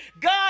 God